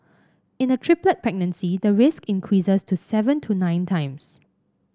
in a triplet pregnancy the risk increases to seven to nine times